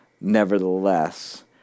nevertheless